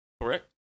correct